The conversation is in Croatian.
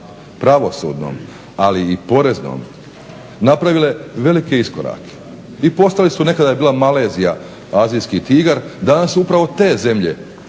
pravosudnom ali i poreznom napravile veliki iskorak. I postale su nekada je bila Malezija azijski tigar, danas su upravo te zemlje